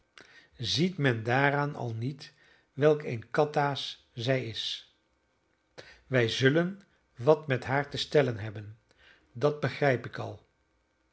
ziet men daaraan al niet welk een kataas zij is wij zullen wat met haar te stellen hebben dat begrijp ik al